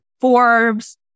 Forbes